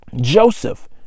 Joseph